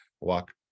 walk